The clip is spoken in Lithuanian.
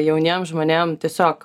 jauniem žmonėm tiesiog